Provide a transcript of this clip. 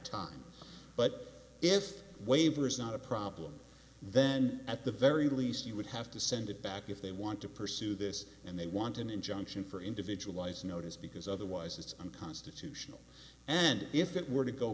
ime but if waiver is not a problem then at the very least you would have to send it back if they want to pursue this and they want an injunction for individualized notice because otherwise it's unconstitutional and if it were to go